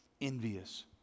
envious